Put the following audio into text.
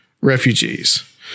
refugees